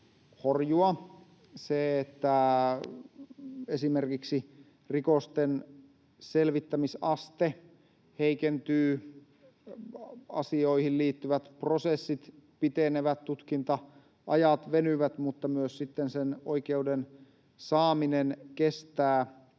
horjua. Esimerkiksi rikosten selvittämisaste heikentyy, asioihin liittyvät prosessit pitenevät, tutkinta-ajat venyvät mutta myös sitten sen oikeuden saaminen kestää,